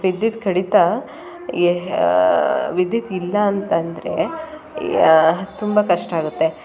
ವಿದ್ಯುತ್ ಕಡಿತ ವಿದ್ಯುತ್ ಇಲ್ಲ ಅಂತಂದರೆ ತುಂಬ ಕಷ್ಟ ಆಗುತ್ತೆ